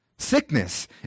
sickness